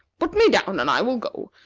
put me down, and i will go.